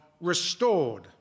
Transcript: restored